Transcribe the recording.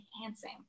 enhancing